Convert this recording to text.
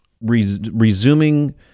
resuming